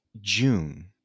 June